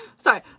Sorry